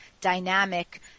dynamic